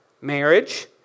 marriage